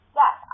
yes